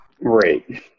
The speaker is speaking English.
Right